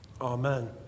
Amen